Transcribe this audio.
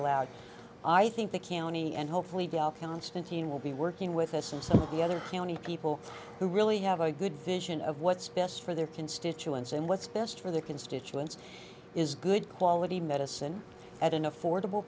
allowed i think the canny and hopefully they'll constantine will be working with us and so the other county people who really have a good vision of what's best for their constituents and what's best for their constituents is good quality medicine at an affordable